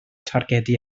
targedu